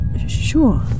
Sure